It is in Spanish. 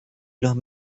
los